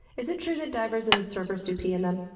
is it true that divers and surfers do pee in them?